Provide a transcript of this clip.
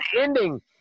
ending